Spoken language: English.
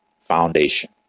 foundation